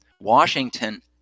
Washington